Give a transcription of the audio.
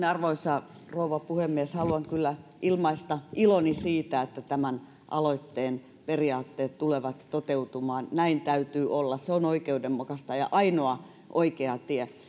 arvoisa rouva puhemies haluan kyllä ilmaista iloni siitä että tämän aloitteen periaatteet tulevat toteutumaan näin täytyy olla se on oikeudenmukaista ja ja ainoa oikea tie